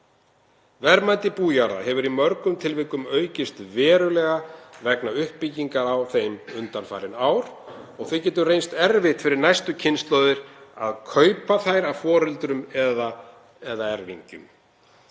Verðmæti bújarða hefur í mörgum tilvikum aukist verulega vegna uppbyggingar á þeim undanfarin ár og því getur reynst erfitt fyrir næstu kynslóðir að kaupa þær af foreldrum eða með erfingjum.